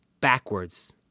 backwards